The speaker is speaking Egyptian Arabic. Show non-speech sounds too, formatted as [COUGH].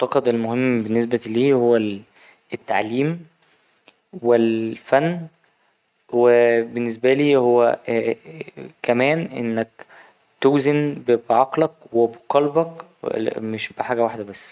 أعتقد المهم بالنسبة لي هو التعليم والفن وبالنسبالي هو [NOISE] كمان إنك توزن بعقلك وبقلبك مش بحاجة واحدة بس.